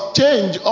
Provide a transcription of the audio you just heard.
change